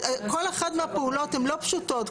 כל אחת מהפעולות הן לא פשוטות,